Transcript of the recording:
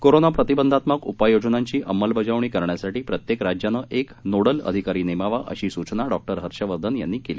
corona प्रतिबंधात्मक उपाययोजनांची अंमलबजावणी करण्यासाठी प्रत्येक राज्यानं एक नौडल अधिकारी नेमावा अशी सूचना डॉ हर्षवर्धन यांनी केली